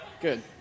Good